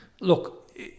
Look